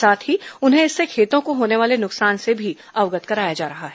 साथ ही उन्हें इससे खेतों को होने वाले नुकसान से भी अवगत कराया जा रहा है